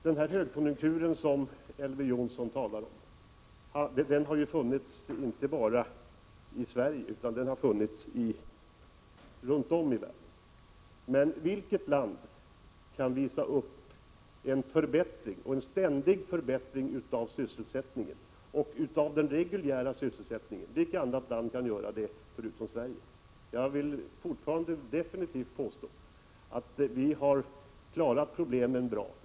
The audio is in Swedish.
Den högkonjunktur som Elver Jonsson talar om har funnits inte bara i Sverige utan runt om i världen. Men vilket land kan visa upp en ständig förbättring av den reguljära sysselsättningen förutom Sverige? Jag vill fortfarande definitivt påstå att vi har klara problemen bra.